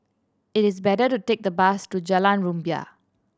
it is better to take the bus to Jalan Rumbia